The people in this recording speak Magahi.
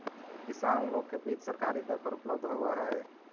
किसान लोग के बीज सरकारी दर पर उपलब्ध होवऽ हई